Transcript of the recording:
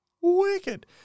wicked